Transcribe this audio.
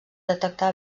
detectar